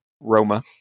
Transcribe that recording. Roma